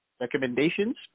recommendations